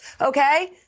okay